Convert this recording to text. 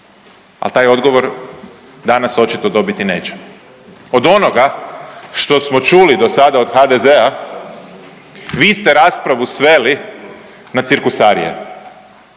Al taj odgovor danas očito dobiti nećemo. Od onoga što smo čuli dosada od HDZ-a vi ste raspravu sveli na cirkusarije,